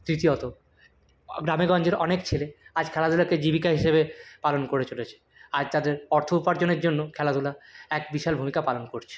তৃতীয়ত গ্রামে গঞ্জের অনেক ছেলে আজ খেলাধুলোকে জীবিকা হিসেবে পালন করে চলেছে আজ তাদের অর্থ উপার্জনের জন্য খেলাধুলা এক বিশাল ভূমিকা পালন করছে